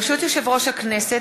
ברשות יושב-ראש הכנסת,